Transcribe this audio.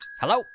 Hello